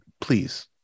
please